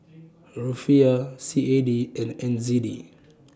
Rufiyaa C A D and N Z D